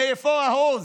מאיפה העוז?